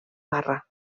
barra